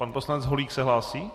Pan poslanec Holík se hlásí?